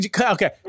okay